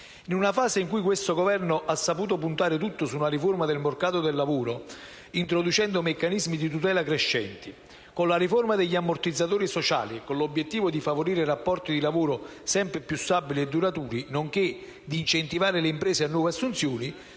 In una fase in cui questo Governo ha saputo puntare tutto su una riforma del mercato del lavoro, introducendo meccanismi di tutela crescenti, con la riforma degli ammortizzatori sociali e con l'obiettivo di favorire rapporti di lavoro sempre più stabili e duraturi, nonché di incentivare le imprese a nuove assunzioni,